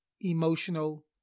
emotional